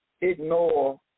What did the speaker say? ignore